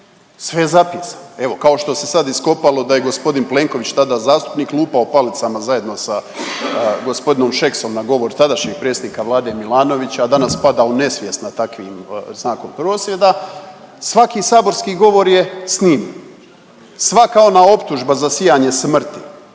Sve je zapisano. Evo, kao što se sad iskopalo da je g. Plenković, tada zastupnik, lupao palicama zajedno sa g. Šeksom na govor tadašnjeg predsjednika Vlade Milanovića, a danas pada u nesvijest na takvim znakom prosvjeda, svaki saborski govor je snimljen. Svaka ona optužba za sijanje smrti